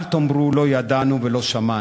אל תאמרו: לא ידענו ולא שמענו.